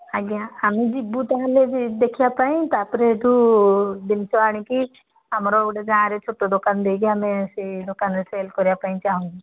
ଆଜ୍ଞା ଆମେ ଯିବୁ ତା'ହେଲେ ଦେଖିବା ପାଇଁ ତା'ପରେ ସେଇଠୁ ଜିନିଷ ଆଣିକି ଆମର ଗୋଟେ ଗାଁରେ ଛୋଟ ଦୋକାନ ଦେଇକି ଆମେ ସେଇ ଦୋକାନରେ ସେଲ୍ କରିବା ପାଇଁ ଚାହୁଁଛୁ